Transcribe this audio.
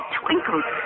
twinkled